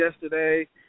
yesterday